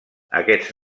aquests